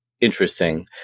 interesting